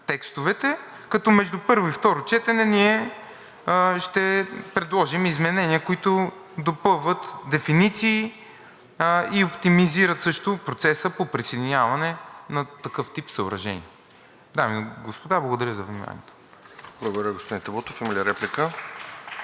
текстовете, като между първо и второ четене ние ще предложим изменения, които допълват дефиниции и оптимизират също процеса по присъединяване на такъв тип съоръжения. Дами и господа, благодаря за вниманието. (Ръкопляскания от „Продължаваме